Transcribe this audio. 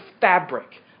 fabric